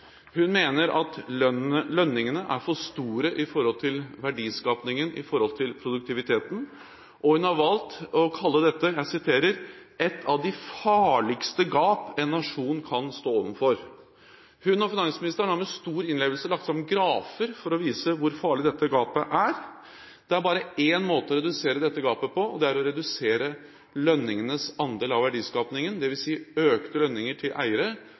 Hun mener at lønningene er for store i forhold til verdiskapingen i forhold til produktiviteten, og hun har valgt å kalle dette et av de farligste gap en nasjon kan stå overfor. Hun og finansministeren har med stor innlevelse lagt fram grafer for å vise hvor farlig dette gapet er. Det er bare én måte å redusere dette gapet på, og det er å redusere lønningenes andel av verdiskapingen, dvs. økte lønninger til eiere